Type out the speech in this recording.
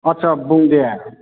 आस्सा बुं दे